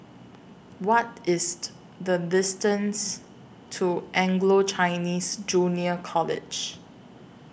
What IS The distance to Anglo Chinese Junior College